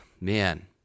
man